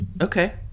okay